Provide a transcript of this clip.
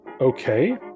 okay